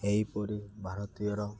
ଏହିପରି ଭାରତୀୟର